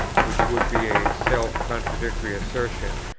which would be a self-contradictory assertion,